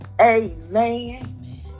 amen